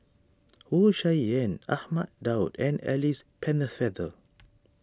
Wu Tsai Yen Ahmad Daud and Alice Pennefather